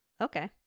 Okay